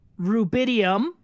Rubidium